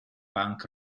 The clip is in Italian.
punk